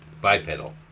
Bipedal